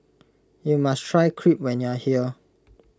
you must try Crepe when you are here